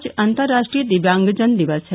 आज अंतर्राष्ट्रीय दिव्यांगजन दिवस है